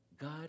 God